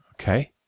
Okay